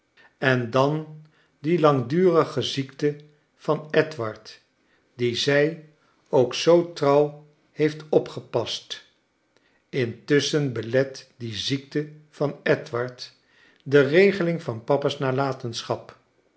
en dan die lang durige ziekte van edward dien zij ook zoo trouw heeft opgepast intusschen belet die ziekte van edward de regeling van papa's nalatenschap